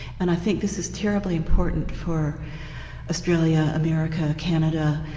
and i think this is terribly important for australia, america, canada,